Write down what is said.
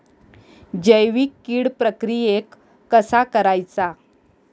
जैविक कीड प्रक्रियेक कसा करायचा?